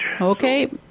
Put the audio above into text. Okay